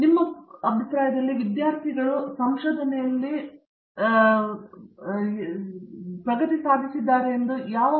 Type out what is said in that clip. ನಿಮ್ಮ ಅಭಿಪ್ರಾಯದಲ್ಲಿ ನೀವು ವಿದ್ಯಾರ್ಥಿಗಳನ್ನು ನೋಡುವಾಗ ನೀವು ಹೌದು ಎಂದು ಹೇಳುವುದನ್ನು ಸಂಶೋಧನೆಯಲ್ಲಿ ಪ್ರಗತಿಯನ್ನು ತಿಳಿದಿರುವ ಇತರ ವಿಧಾನಗಳಿವೆ